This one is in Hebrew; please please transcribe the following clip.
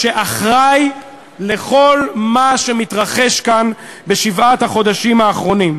שאחראי לכל מה שמתרחש כאן בשבעת החודשים האחרונים,